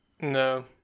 No